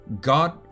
God